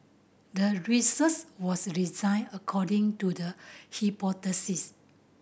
the research was designed according to the hypothesis